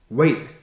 wait